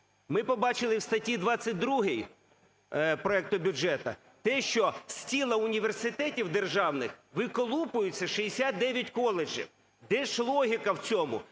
Ми побачили в статті 22 проекту бюджету, що з тіла університетів державних виколупуються 69 коледжів. Де ж логіка?